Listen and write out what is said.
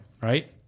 right